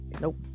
Nope